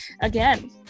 Again